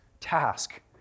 task